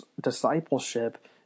discipleship